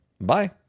Bye